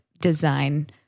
design